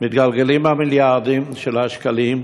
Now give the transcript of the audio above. מתגלגלים המיליארדים של השקלים,